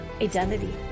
identity